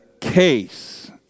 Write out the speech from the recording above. case